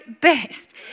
best